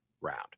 Round